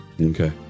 Okay